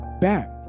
back